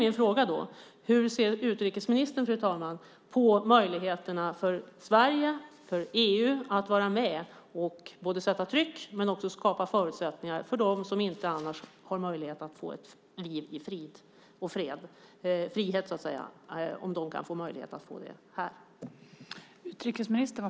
Min fråga är: Hur ser utrikesministern på möjligheterna för Sverige och EU att vara med och sätta tryck och skapa förutsättningar för dem att få ett liv i fred och frihet? Finns det en möjlighet att de kan få det här?